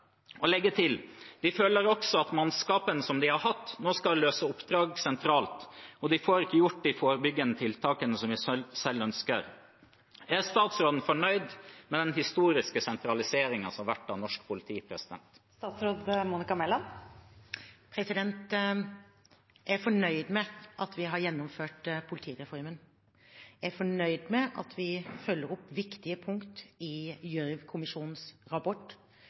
Og han legger til: «De føler også at mannskapene som de har hatt, nå skal løse oppdrag sentralt. Og de får ikke gjort de forebyggende tiltakene som de selv ønsker å drifte.» Er statsråden fornøyd med den historiske sentraliseringen som har vært av norsk politi? Jeg er fornøyd med at vi har gjennomført politireformen. Jeg er fornøyd med at vi følger opp viktige punkt i Gjørv-kommisjonens rapport,